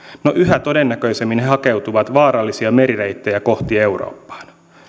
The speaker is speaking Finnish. yhä todennäköisemmin he hakeutuvat vaarallisia merireittejä kohti eurooppaa